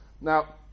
Now